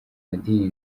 madini